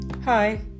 Hi